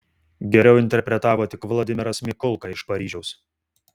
geriau interpretavo tik vladimiras mikulka iš paryžiaus